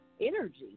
energy